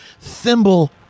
thimble